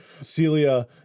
Celia